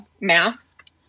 mask